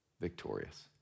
victorious